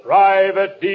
Private